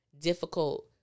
difficult